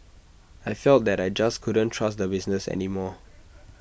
I felt that I just couldn't trust the business any more